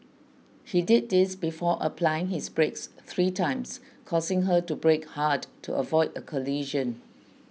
he did this before applying his brakes three times causing her to brake hard to avoid a collision